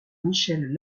michel